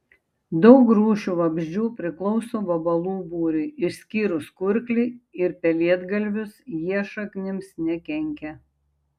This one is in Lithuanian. daug rūšių vabzdžių priklauso vabalų būriui išskyrus kurklį ir pelėdgalvius jie šaknims nekenkia